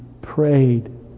prayed